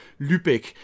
Lübeck